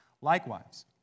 Likewise